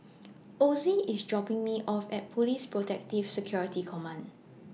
Ozzie IS dropping Me off At Police Protective Security Command